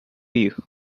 you